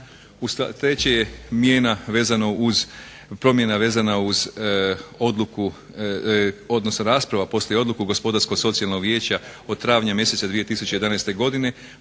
uz promjena vezana uz odluku odnosa rasprava poslije odluku Gospodarsko-socijalnog vijeća od travnja mjeseca 2011. godine